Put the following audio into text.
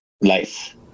life